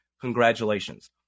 Congratulations